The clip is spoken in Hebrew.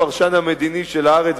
הפרשן המדיני של "הארץ",